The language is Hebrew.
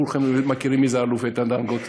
כולכם מכירים מיהו האלוף איתן דנגוט.